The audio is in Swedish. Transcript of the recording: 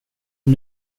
och